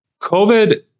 COVID